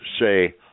say